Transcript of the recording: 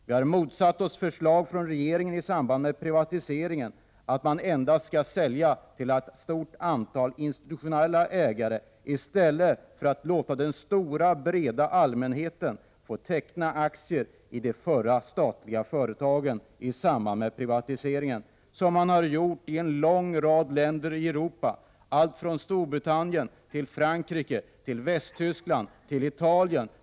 Vi har motsatt oss regeringsförslag i samband med privatiseringar, som innebär att man endast skall sälja till ett stort antal institutionella ägare i stället för att låta den stora, breda allmänheten få teckna aktier i samband med privatisering av statliga företag. Man har gått på vår linje i ett stort antal länder i Europa. Det har skett i Storbritannien, Frankrike, Västtyskland och Italien.